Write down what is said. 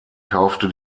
kaufte